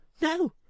No